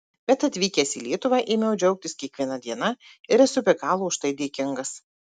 bet atvykęs į lietuvą ėmiau džiaugtis kiekviena diena ir esu be galo už tai dėkingas